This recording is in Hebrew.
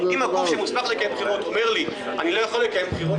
אם הגוף שמוסמך לקיים בחירות אומר לי שהוא לא יכול לקבל בחירות,